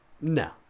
No